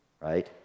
right